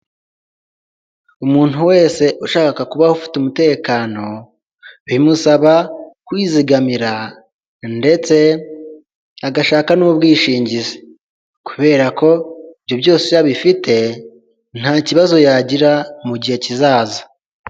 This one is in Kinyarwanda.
Umuntu wese ushaka kubaho ufite umutekano, bimusaba kwizigamira ndetse agashaka n'ubwishingizi kubera ko ibyo byose iyo abifite ntakibazo yagira mu gihe kizaza.